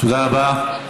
תודה רבה.